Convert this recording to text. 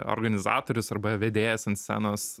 organizatorius arba vedėjas ant scenos